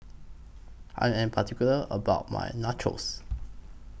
I Am particular about My Nachos